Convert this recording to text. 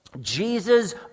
Jesus